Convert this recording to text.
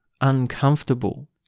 uncomfortable